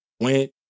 Went